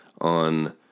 on